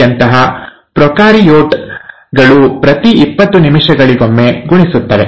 coliಯಂತಹ prokaryote ಗಳು ಪ್ರತಿ ಇಪ್ಪತ್ತು ನಿಮಿಷಗಳಿಗೊಮ್ಮೆ ಗುಣಿಸುತ್ತವೆ